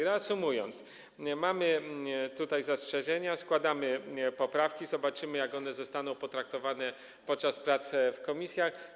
Reasumując, mamy tutaj zastrzeżenia, składamy poprawki, zobaczymy, jak one zostaną potraktowane podczas prac w komisjach.